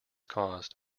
caused